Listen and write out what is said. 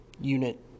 unit